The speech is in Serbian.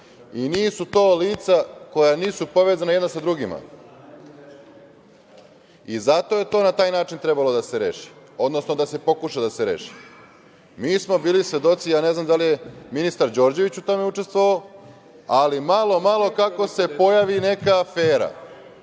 i nisu to lica koja nisu povezana jedna sa drugima i zato je to na taj način trebalo da se reši, odnosno da se pokuša da se reši. Mi smo bili svedoci, ja ne znam da li je ministar Đorđević u tome učestvovao, ali malo, malo kako se pojavi neka afera